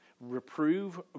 reprove